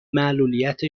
معلولیت